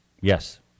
Yes